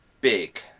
big